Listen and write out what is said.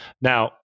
Now